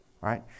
Right